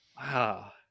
wow